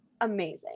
Amazing